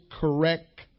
correct